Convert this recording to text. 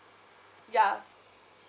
yeah